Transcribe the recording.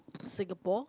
Singapore